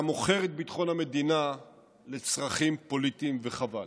אתה מוכר את ביטחון המדינה לצרכים פוליטיים, וחבל.